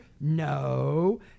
No